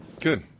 Good